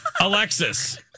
Alexis